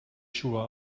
schuhe